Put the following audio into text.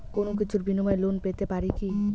কোনো কিছুর বিনিময়ে লোন পেতে পারি কি?